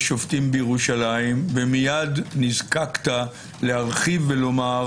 יש שופטים בירושלים, ומייד נזקקת להרחיב ולומר: